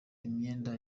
imyenda